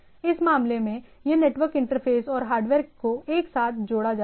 इस मामले में यह नेटवर्क इंटरफेस और हार्डवेयर को एक साथ जोड़ा जाता है